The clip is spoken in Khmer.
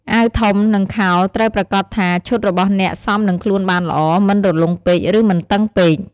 អាវធំ និងខោត្រូវប្រាកដថាឈុតរបស់អ្នកសមនឹងខ្លួនបានល្អ មិនរលុងពេក ឬមិនតឹងពេក។